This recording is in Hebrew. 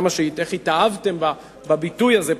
איך התאהבתם בביטוי הזה,